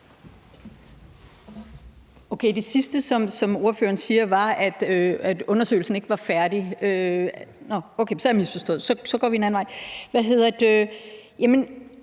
Det sidste, som ordføreren sagde, var, at undersøgelsen ikke er færdig – nej,